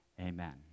Amen